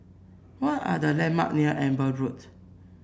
what are the landmark near Amber Road